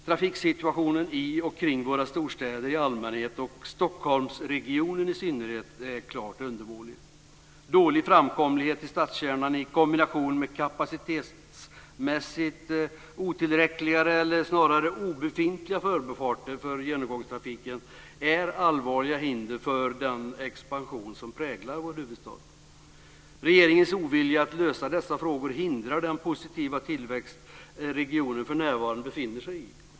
Trafiksituationen i och kring våra storstäder i allmänhet och i Stockholmsregionen i synnerhet är klart undermålig. Dålig framkomlighet i stadskärnan i kombination med kapacitetsmässigt otillräckliga eller snarare obefintliga förbifarter för genomgångstrafiken är allvarliga hinder för den expansion som präglar vår huvudstad. Regeringens ovilja att lösa dessa frågor hindrar den positiva tillväxt regionen för närvarande befinner sig i.